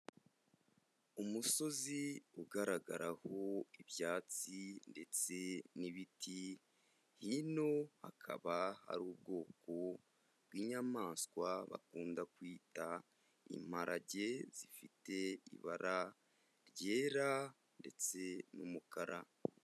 Umusozi ugaragaraho ibyatsi ndetse n'ibiti, hino hakaba hari ubwoko bw'inyamaswa bakunda kwita imparage, zifite ibara ryera ndetse n'umukara.